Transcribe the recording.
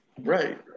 right